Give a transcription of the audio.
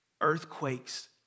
Earthquakes